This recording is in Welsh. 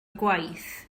gwaith